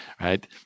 right